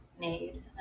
made